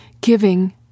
Giving